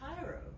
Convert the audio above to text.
Cairo